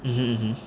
mmhmm mmhmm